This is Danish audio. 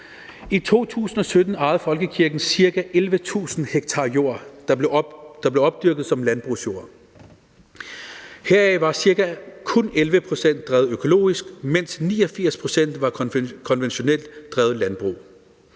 I 2017 ejede folkekirken ca. 11.000 ha jord, der blev dyrket som landbrugsjord. Heraf var kun ca. 11 pct. drevet økologisk, mens 89 pct. var konventionelt drevet landbrug.